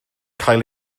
cael